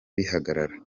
bihagarara